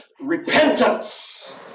repentance